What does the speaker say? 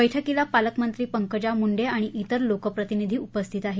बैठकीला पालकमंत्री पंकजा मुंडे आणि त्रिर लोकप्रतिनिधी उपस्थित आहेत